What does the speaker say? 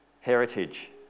heritage